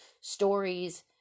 stories